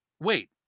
wait